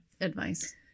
advice